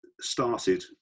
started